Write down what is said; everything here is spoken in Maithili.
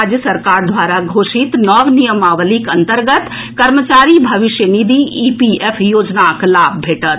राज्य सरकार द्वारा घोषित नव नियमावलीक अंतर्गत कर्मचारी भविष्य निधि ईपीएफ योजनाक लाभ भेटत